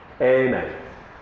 Amen